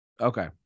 Okay